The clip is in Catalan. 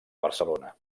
barcelona